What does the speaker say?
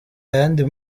ayandi